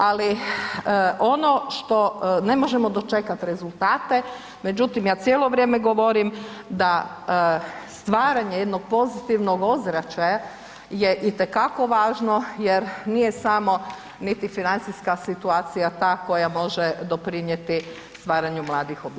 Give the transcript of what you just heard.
Ali, ono što ne možemo dočekati rezultate, međutim, ja cijelo vrijeme govorim da stvaranje jednog pozitivnog ozračja je itekako važno jer nije samo niti financijska situacija ta koja može doprinijeti stvaranju mladih obitelji.